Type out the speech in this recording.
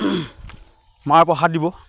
মাহ প্ৰসাদ দিব